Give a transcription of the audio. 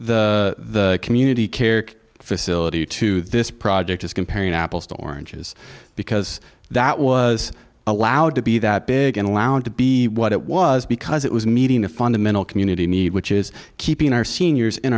compare the community care facility to this project is comparing apples to oranges because that was allowed to be that big and allowed to be what it was because it was meeting a fundamental community need which is keeping our seniors in